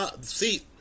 see